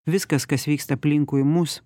viskas kas vyksta aplinkui mus